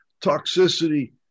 toxicity